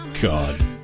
God